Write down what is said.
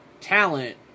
talent